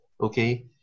okay